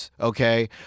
okay